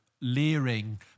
leering